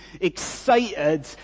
excited